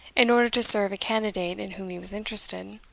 in order to serve a candidate in whom he was interested